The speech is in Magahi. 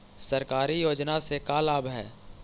सरकारी योजना से का लाभ है?